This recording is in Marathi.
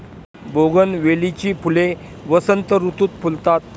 बोगनवेलीची फुले वसंत ऋतुत फुलतात